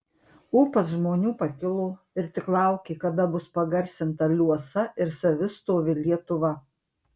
ūpas žmonių pakilo ir tik laukė kada bus pagarsinta liuosa ir savistovi lietuva